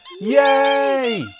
Yay